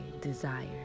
desire